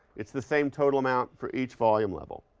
it's the same total amount for each volume level.